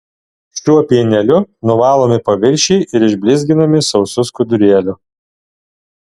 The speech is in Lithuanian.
šiuo pieneliu nuvalomi paviršiai ir išblizginami sausu skudurėliu